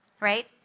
right